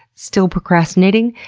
still procrastinating?